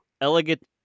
elegant